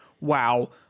wow